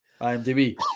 IMDb